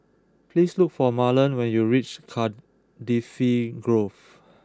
please look for Marlon when you reach Cardifi Grove